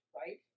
right